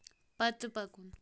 پتہٕ پکُن